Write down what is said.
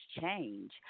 change